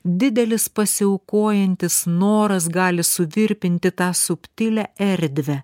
didelis pasiaukojantis noras gali suvirpinti tą subtilią erdvę